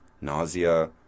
nausea